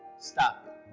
stop it.